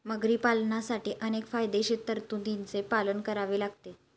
मगरी पालनासाठी अनेक कायदेशीर तरतुदींचे पालन करावे लागते